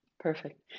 Perfect